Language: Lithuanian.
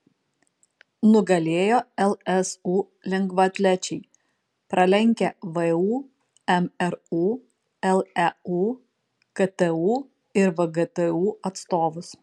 nugalėjo lsu lengvaatlečiai pralenkę vu mru leu ktu ir vgtu atstovus